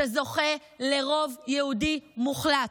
שזוכה לרוב יהודי מוחלט.